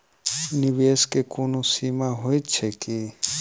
निवेश केँ कोनो सीमा होइत छैक की?